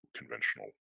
conventional